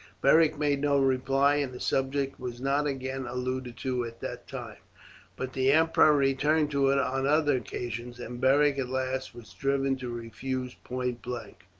beric made no reply, and the subject was not again alluded to at that time but the emperor returned to it on other occasions, and beric at last was driven to refuse point blank.